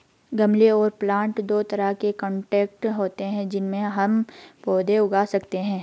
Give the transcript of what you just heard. गमले और प्लांटर दो तरह के कंटेनर होते है जिनमें हम पौधे उगा सकते है